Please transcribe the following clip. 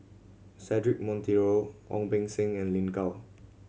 Cedric Monteiro Ong Beng Seng and Lin Gao